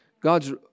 God's